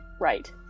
Right